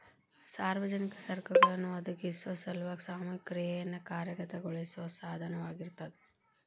ಸಾರ್ವಜನಿಕ ಸರಕುಗಳನ್ನ ಒದಗಿಸೊ ಸಲುವಾಗಿ ಸಾಮೂಹಿಕ ಕ್ರಿಯೆಯನ್ನ ಕಾರ್ಯಗತಗೊಳಿಸೋ ಸಾಧನವಾಗಿರ್ತದ